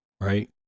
Right